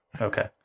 Okay